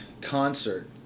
concert